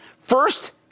First